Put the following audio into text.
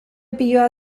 piloa